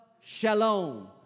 Shalom